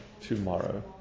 tomorrow